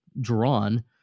drawn